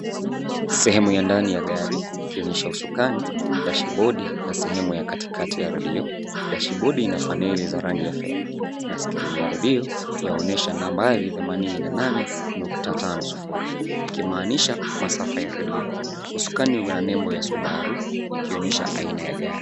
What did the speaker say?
Sehemu ya ndani ya gari ikionyesha usukani, dashibodi na sehemu ya katikati ya redio. Dashibodi ina paneli za rangi ya fedha na skrini ya redio yaonyesha nambari themanini na nane, nukta tano sufuri ikimaanisha masafa ya redio. Usukani yana nembo ya subaru ikionyesha aina ya gari.